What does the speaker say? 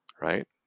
right